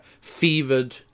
fevered